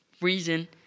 reason